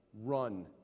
Run